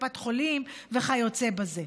קופת חולים וכיוצא בזה.